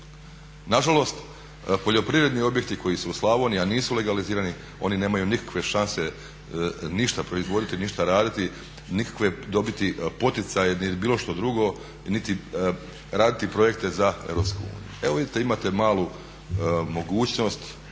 Nažalost, poljoprivredni objekti koji su u Slavoniji, a nisu legalizirani oni nemaju nikakve šanse ništa proizvoditi, ništa raditi, nikakve dobiti poticaje niti bilo što drugo niti raditi projekte za EU. Evo vidite imate malu mogućnost,